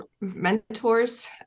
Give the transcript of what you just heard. mentors